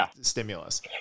stimulus